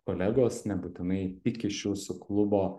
kolegos nebūtinai tik iš jūsų klubo